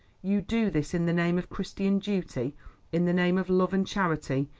you do this in the name of christian duty in the name of love and charity,